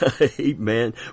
Amen